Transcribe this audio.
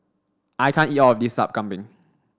I can't eat all of this Sup Kambing